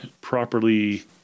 properly